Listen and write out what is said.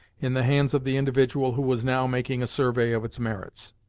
in the hands of the individual who was now making a survey of its merits.